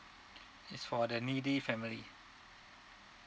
it's for the needy family